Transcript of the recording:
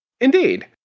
indeed